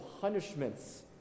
punishments